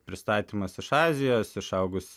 pristatymas iš azijos išaugusi